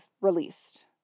released